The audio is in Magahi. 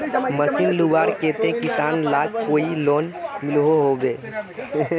मशीन लुबार केते किसान लाक कोई लोन मिलोहो होबे?